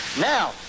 now